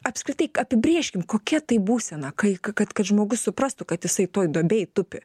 apskritai apibrėžkim kokia tai būsena kai kad kad žmogus suprastų kad jisai toj duobėj tupi